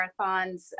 marathons